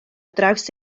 draws